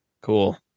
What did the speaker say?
Cool